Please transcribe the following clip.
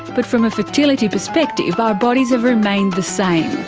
but from a fertility perspective our bodies have remained the same.